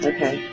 Okay